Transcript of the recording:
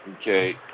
Okay